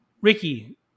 Ricky